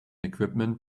equipment